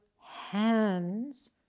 hands